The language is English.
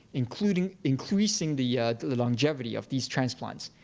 including increasing the longevity of these transplants.